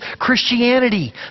Christianity